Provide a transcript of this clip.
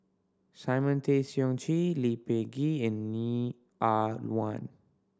Simon Tay Seong Chee Lee Peh Gee and Neo Ah Luan